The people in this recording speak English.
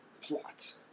plot